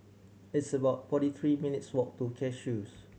it's about forty three minutes' walk to Cashews